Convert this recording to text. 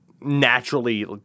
naturally